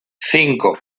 cinco